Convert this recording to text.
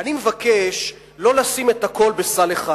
אני מבקש לא לשים את הכול בסל אחד.